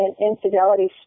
infidelity